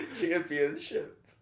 championship